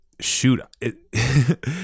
Shoot